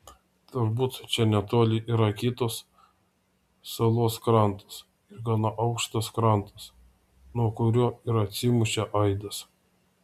turbūt čia netoli yra kitos salos krantas ir gana aukštas krantas nuo kurio ir atsimušė aidas